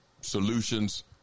solutions